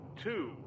two